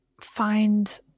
find